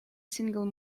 single